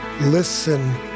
Listen